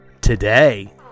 today